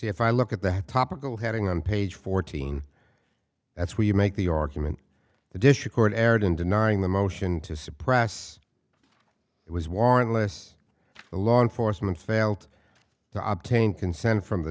if i look at the topical heading on page fourteen that's where you make the argument the dish record aired in denying the motion to suppress it was warrantless a law enforcement failed to obtain consent from the